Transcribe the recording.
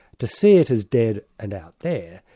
to see it as dead and out there,